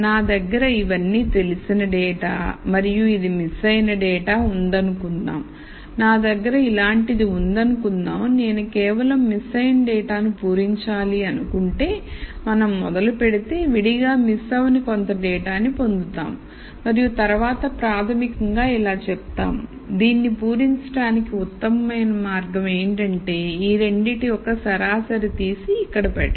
నా దగ్గర ఇవన్నీ తెలిసిన డేటా మరియు ఇది మిస్సయిన డేటా ఉందనుకుందాంనా దగ్గర ఇలాంటిది ఉందనుకుందాం నేను కేవలం మిస్సయిన డేటాను పూరించాలి అనుకుంటే మనం మొదలు పెడితే విడిగా మిస్ అవని కొంత డేటాని పొందుతాం మరియు తర్వాత ప్రాథమికంగా ఇలా చెప్తాం దీనిని పూరించడానికి ఉత్తమమైన మార్గం ఏంటంటే ఈ రెండిటి యొక్క సరాసరి తీసి ఇక్కడ పెట్టడం